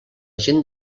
gent